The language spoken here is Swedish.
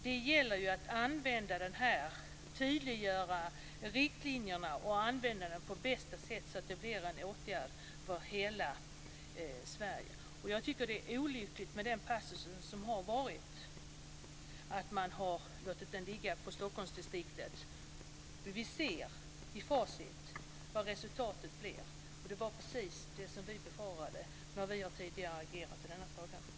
Det gäller att tydliggöra riktlinjerna och använda styrkan på bästa sätt så att den blir en resurs för hela Sverige. Det är olyckligt med den tidigare passusen där styrkan har legat under Stockholmsdistriktet. Vi ser i facit vad resultatet blir. Det är precis vad vi har befarat när vi tidigare har agerat i frågan.